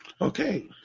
Okay